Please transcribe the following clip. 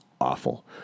awful